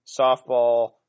softball